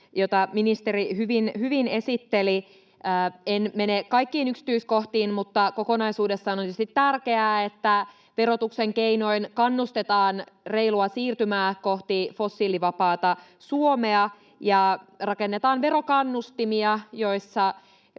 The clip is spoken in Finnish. jota ministeri hyvin esitteli. En mene kaikkiin yksityiskohtiin, mutta kokonaisuudessaan olisi tärkeää, että verotuksen keinoin kannustetaan reilua siirtymää kohti fossiilivapaata Suomea ja rakennetaan verokannustimia, joissa